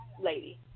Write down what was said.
lady